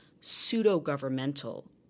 pseudo-governmental